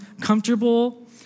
comfortable